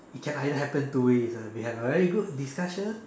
it can either happen two ways lah we have a very good discussion